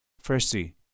Firstly